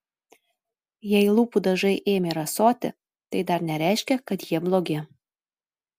jei lūpų dažai ėmė rasoti tai dar nereiškia kad jie blogi